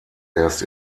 erst